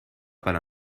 para